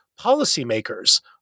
policymakers